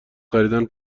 خریدن